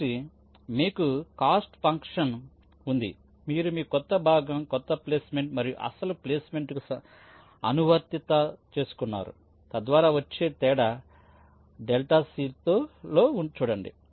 కాబట్టి మీకు cost function ఉంది మీరు మీ క్రొత్త భాగం కొత్త ప్లేస్మెంట్ మరియు అసలు ప్లేస్మెంట్కు అనువర్తిత చేసుకున్నారు తద్వారా వచ్చే తేడా ΔC లో చూడండి